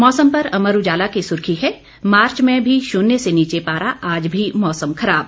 मौसम पर अमर उजाला की सुर्खी है मार्च में भी शून्य से नीचे पारा आज भी मौसम खराब